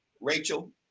Rachel